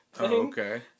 Okay